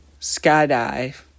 skydive